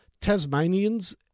Tasmanians